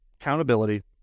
accountability